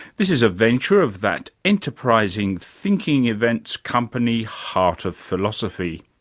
this is a venture of that enterprising thinking events company heart of philosophy,